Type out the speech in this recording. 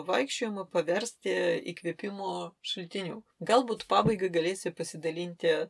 vaikščiojimą paversti įkvėpimo šaltiniu galbūt pabaigai galėsi pasidalinti